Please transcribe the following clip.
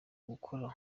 ugukora